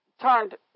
turned